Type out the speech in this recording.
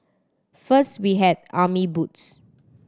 first we had army boots